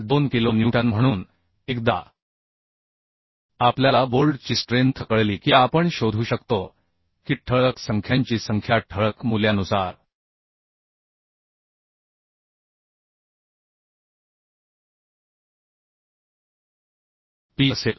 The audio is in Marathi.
2 किलो न्यूटन म्हणून एकदा आपल्याला बोल्ड ची स्ट्रेंथ कळली की आपण शोधू शकतो की ठळक संख्यांची संख्या ठळक मूल्यानुसार P असेल